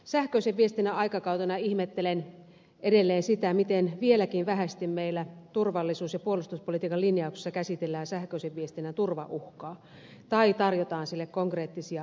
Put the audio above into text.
sähköisen viestinnän aikakautena ihmettelen edelleen sitä miten vieläkin vähäisesti meillä turvallisuus ja puolustuspolitiikan linjauksissa käsitellään sähköisen viestinnän turvauhkaa tai tarjotaan sille konkreettisia välineitä